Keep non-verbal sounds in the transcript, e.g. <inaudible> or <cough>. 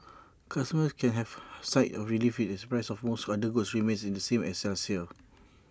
<noise> customers can heave A sigh of relief as prices of most other goods remain the same as last year's